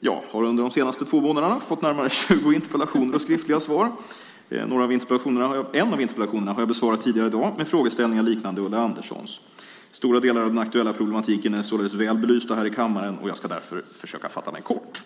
Jag har under de senaste två månaderna fått närmare tjugo interpellationer och skriftliga frågor - en av interpellationerna har jag besvarat tidigare i dag - med frågeställningar liknande Ulla Anderssons. Stora delar av den aktuella problematiken är således väl belysta här i kammaren. Jag ska därför försöka fatta mig kort.